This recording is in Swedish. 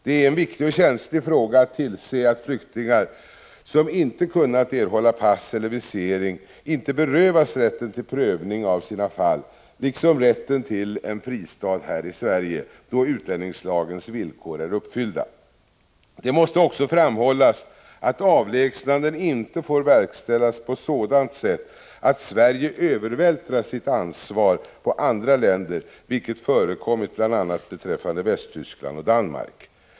Det är en viktig och känslig fråga att tillse att flyktingar som inte kunnat erhålla pass eller visering inte berövas rätten till prövning av sina fall liksom rätten till en fristad här i Sverige, då utlänningslagens villkor är uppfyllda. Det måste också framhållas att avlägsnanden inte får verkställas på sådant sätt att Sverige övervältrar sitt ansvar på andra länder, vilket förekommit bl.a. beträffande Västtyskland och Danmark.